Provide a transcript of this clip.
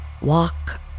Walk